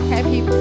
Happy